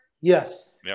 Yes